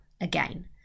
again